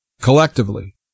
collectively